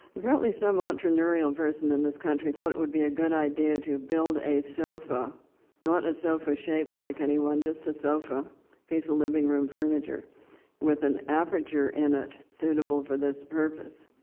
apparently some entrepreneurial person in this country thought it would be a good idea to build a sofa not a sofa shaped like anyone, just a sofa a piece of living room furniture with an aperature in it suitable for this purpose.